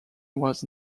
was